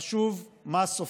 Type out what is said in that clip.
חשוב מה סופרים,